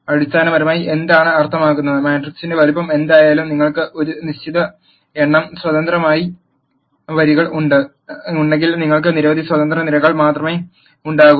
അടിസ്ഥാനപരമായി എന്താണ് അർത്ഥമാക്കുന്നത് മാട്രിക്സിന്റെ വലുപ്പം എന്തായാലും നിങ്ങൾക്ക് ഒരു നിശ്ചിത എണ്ണം സ്വതന്ത്ര വരികൾ ഉണ്ടെങ്കിൽ നിങ്ങൾക്ക് നിരവധി സ്വതന്ത്ര നിരകൾ മാത്രമേ ഉണ്ടാകൂ